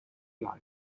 line